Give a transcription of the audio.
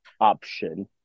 option